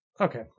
Okay